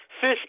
Fish